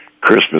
Christmas